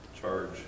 charge